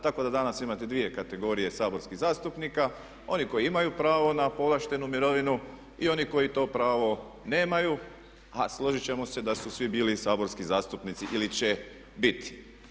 Tako da danas imate dvije kategorije saborskih zastupnika onih koji imaju pravo na povlaštenu mirovinu i onih koji to pravo nemaju a složiti ćemo se da su svi bili saborski zastupnici ili će biti.